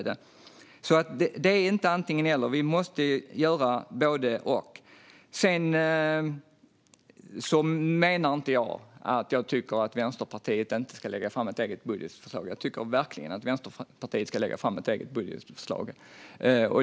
Det är alltså inte antingen eller. Vi måste göra både och. Jag menar inte att Vänsterpartiet inte ska lägga fram ett eget budgetförslag. Jag tycker verkligen att Vänsterpartiet ska lägga fram ett eget budgetförslag.